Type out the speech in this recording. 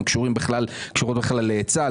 הן קשורות להיצע,